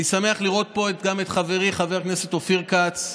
אני שמח לראות פה גם את חברי חבר הכנסת אופיר כץ,